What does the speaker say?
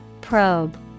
Probe